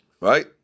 right